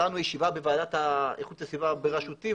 הייתה לנו ישיבה בוועדת איכות הסביבה בראשותי,